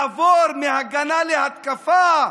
לעבור מהגנה להתקפה?